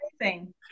amazing